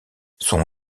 son